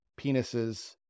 penises